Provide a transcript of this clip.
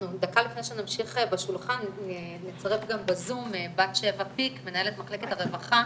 אנחנו דקה לפני נמשיך בשולחן נצרף גם בזום את מנהלת מחלקת הרווחה